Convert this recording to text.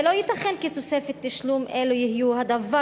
לא ייתכן כי תוספות תשלום אלו יהיו הדבר